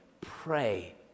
Pray